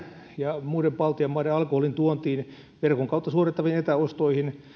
ja muiden baltian maiden alkoholin tuontiin verkon kautta suoritettaviin etäostoihin